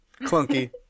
clunky